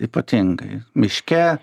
ypatingai miške